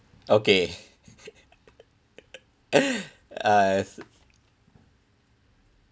okay uh